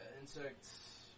insects